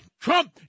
Trump